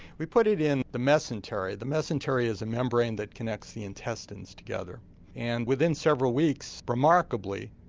we put it in the mesentery, the mesentery is a membrane that connects the intestines together and within several weeks, remarkably,